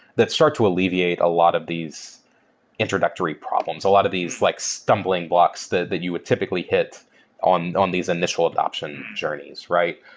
that start to alleviate a lot of these introductory problems, a lot of these like stumbling blocks that that you would typically hit on on these initial adaption journeys, right?